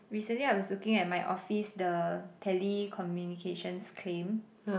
recently I was looking at my office the telecommunications claim